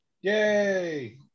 Yay